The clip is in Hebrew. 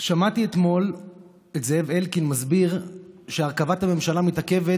שמעתי אתמול את זאב אלקין מסביר שהרכבת הממשלה מתעכבת